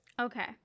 Okay